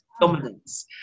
dominance